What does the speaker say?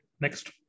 next